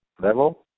level